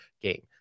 game